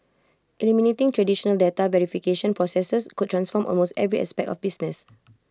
eliminating traditional data verification processes could transform almost every aspect of business